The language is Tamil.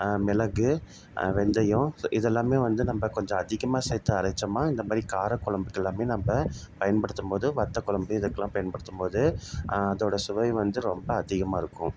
மிளகு வெந்தயம் இதெல்லாமே வந்து நம்ம கொஞ்சம் அதிகமாக சேர்த்து அரைத்தோமா நம்ம இந்த மாதிரி காரக்கொழம்புக்கெல்லாமே நம்ப பயன்படுத்தும்போது வத்தக்கொழம்பு இதுக்கெலாம் பயன்படுத்தும்போது அதோடய சுவை வந்து ரொம்ப அதிகமாக இருக்கும்